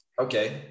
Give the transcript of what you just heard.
okay